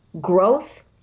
growth